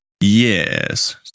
Yes